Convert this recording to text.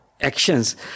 actions